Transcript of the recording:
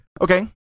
Okay